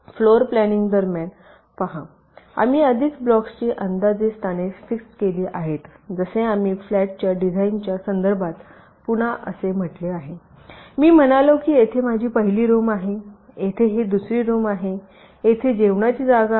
floor planning दरम्यान पहा आम्ही आधीच ब्लॉक्सची अंदाजे स्थाने फिक्स्ड केली आहेत जसे आम्ही फ्लॅटच्या डिझाइनच्या संदर्भात पुन्हा असे म्हटले आहे मी म्हणालो की येथे माझी पहिली रूम आहे येथे ही दुसरी रूम आहे येथे जेवणाची जागा आहे